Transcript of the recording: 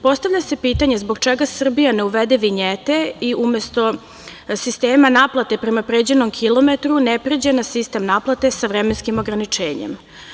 Postavlja se pitanje zbog čega Srbija ne uvede vinjete i umesto sistema naplate prema pređenom kilometru ne pređe na sistem naplate sa vremenskim ograničenjem?